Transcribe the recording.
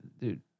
Dude